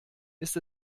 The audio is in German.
ist